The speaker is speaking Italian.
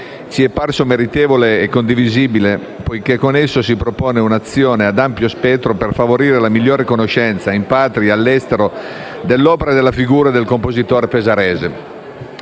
ci è parso meritevole e condivisibile, poiché con esso si propone un'azione ad ampio spettro per favorire la migliore conoscenza, in patria e all'estero, dell'opera e della figura del compositore pesarese.